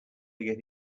getting